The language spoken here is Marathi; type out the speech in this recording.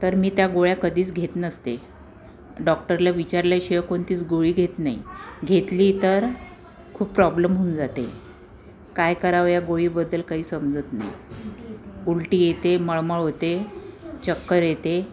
तर मी त्या गोळ्या कधीच घेत नसते डॉक्टरला विचारल्याशिवाय कोणतीच गोळी घेत नाही घेतली तर खूप प्रॉब्लेम होऊन जाते काय करावे या गोळीबद्दल काही समजत नाही उलटी येते मळमळ होते चक्कर येते